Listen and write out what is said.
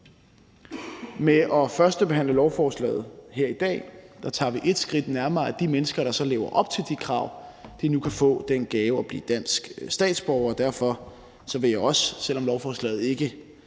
Ved at førstebehandle lovforslaget her i dag kommer vi et skridt nærmere, at de mennesker, der så lever op til de krav, nu kan få den gave at blive danske statsborgere. Derfor vil jeg også, selv om lovforslaget ikke